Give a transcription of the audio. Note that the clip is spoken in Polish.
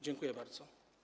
Dziękuję bardzo.